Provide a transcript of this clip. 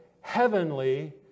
heavenly